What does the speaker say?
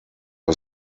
are